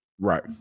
Right